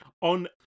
on